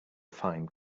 find